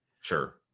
Sure